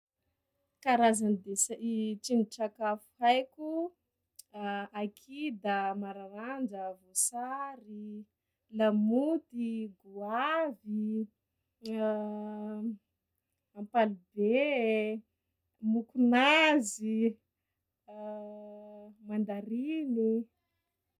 Karazany de- i trindrin-tsakafo haiko: kida, mararanja, voasary, lamôty, goavy, ampalibe, mokonazy, mandariny.